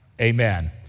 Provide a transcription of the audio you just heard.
amen